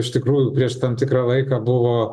iš tikrųjų prieš tam tikrą laiką buvo